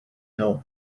hill